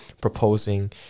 proposing